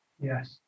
Yes